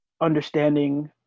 understanding